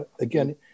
Again